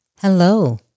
Hello